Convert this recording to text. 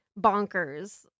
bonkers